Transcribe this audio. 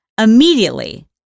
immediately